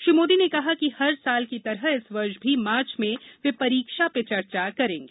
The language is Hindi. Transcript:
श्री मोदी ने कहा कि हर साल की तरह इस वर्ष भी मार्च में वे परीक्षा पे चर्चा करेंगे